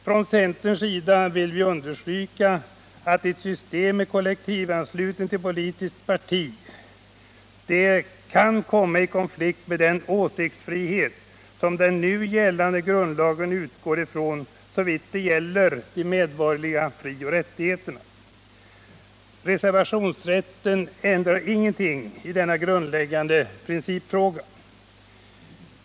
Från centerns sida vill vi understryka att ett system med kollektiv anslutning till politiskt parti kan komma i konflikt med den åsiktsfrihet som den nu gällande grundlagen utgår ifrån såvitt gäller de medborgerliga frioch rättigheterna. Reservationsrätten ändrar ingenting i denna grundläggande principfråga.